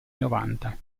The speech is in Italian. novanta